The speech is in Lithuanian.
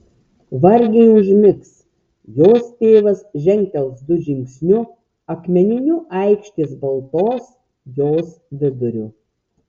vargiai užmigs jos tėvas žengtels du žingsniu akmeniniu aikštės baltos jos viduriu